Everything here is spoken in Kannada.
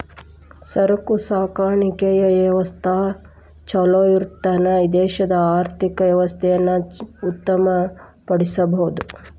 ಸರಕು ಸಾಗಾಣಿಕೆಯ ವ್ಯವಸ್ಥಾ ಛಲೋಇತ್ತನ್ದ್ರ ದೇಶದ ಆರ್ಥಿಕ ವ್ಯವಸ್ಥೆಯನ್ನ ಉತ್ತಮ ಪಡಿಸಬಹುದು